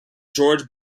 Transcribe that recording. george